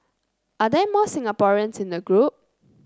are there more Singaporeans in the group